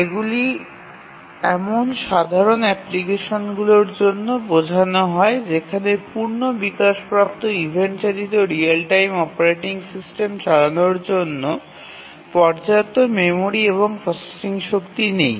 এগুলি এমন সাধারণ অ্যাপ্লিকেশনগুলির জন্য বোঝানো হয় যেখানে পূর্ণ বিকাশপ্রাপ্ত ইভেন্ট চালিত রিয়েল টাইম অপারেটিং সিস্টেম চালানোর জন্য পর্যাপ্ত মেমরি এবং প্রসেসিং শক্তি নেই